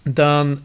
dan